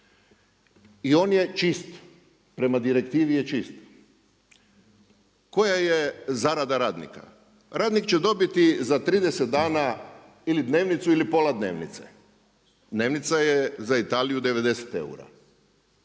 i on je čist. Prema direktivi je čist. Koja je zarada radnika? Radnik će dobiti za 30 dana ili dnevnicu ili pola dnevnice. Dnevnica je za Italiju 90.